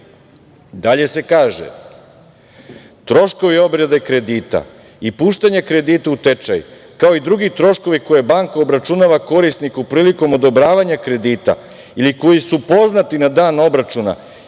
Dalje se kaže - troškovi obrade kredita i puštanje kredita u tečaj, kao i drugi troškovi koje banka obračunava korisniku prilikom odobravanja kredita ili koji su poznati na dan obračuna